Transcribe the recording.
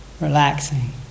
relaxing